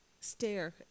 stare